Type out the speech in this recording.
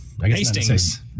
Hastings